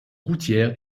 routière